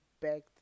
Begged